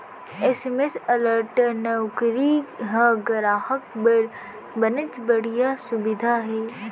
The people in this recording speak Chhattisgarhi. एस.एम.एस अलर्ट नउकरी ह गराहक बर बनेच बड़िहा सुबिधा हे